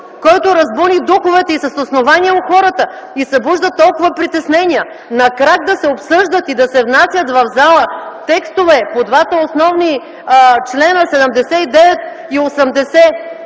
който разбуни духовете - и с основание - у хората и събужда толкова притеснения! На крак да се обсъждат и внасят в залата текстове по двата основни члена – чл.